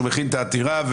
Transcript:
שהוא מכין את העתירה,